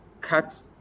cut